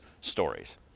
stories